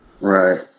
Right